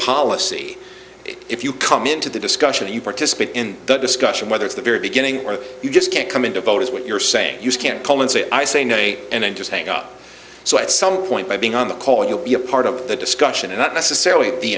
policy if you come into the disk sure you participate in the discussion whether it's the very beginning or you just can't come in to vote is what you're saying you can't call and say i say no way and then just hang up so at some point by being on the call you'll be a part of the discussion and not necessarily the